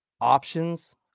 options